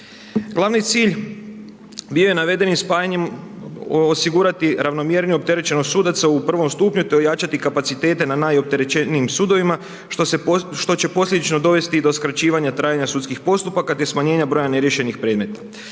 Glavni cilj bio je navedenim spajanjem osigurati ravnomjerniju opterećenost sudaca u prvom stupnju te ojačati kapacitete na najopterećenijim sudovima što će posljedično dovesti i do skraćivanja trajanja sudskih postupaka te smanjenja broja neriješenih predmeta